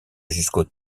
jusqu’au